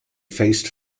faced